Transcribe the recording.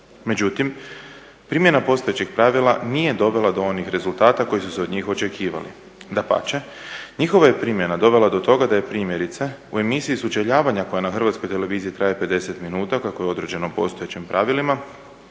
Međutim, primjena postojećeg pravila nije dovela do onih rezultata koji su se od njih očekivali, dapače njihova je primjena dovela do toga da je primjerice u emisiji sučeljavanja koja na HRT-u traje 50 minuta koliko je određeno postojećim pravilima